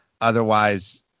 Otherwise